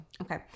okay